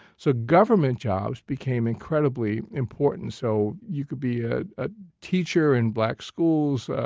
so government jobs became incredibly important. so you could be a ah teacher in black schools.